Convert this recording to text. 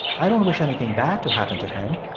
i don't wish anything bad to happen to him.